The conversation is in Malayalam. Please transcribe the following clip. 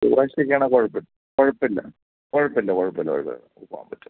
ചൊവ്വാഴ്ച്ചത്തേക്കാണെങ്കിൽ കുഴപ്പമില്ല കുഴപ്പമില്ല കുഴപ്പമില്ല കുഴപ്പമില്ല കുഴപ്പമില്ല പോകുവാൻ പറ്റും